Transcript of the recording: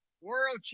world